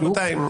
רבותיי,